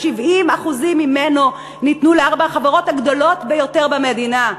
70% ממנו ניתן לארבע החברות הגדולות ביותר במדינה.